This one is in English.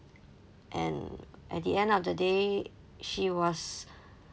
and at the end of the day she was